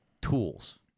Tools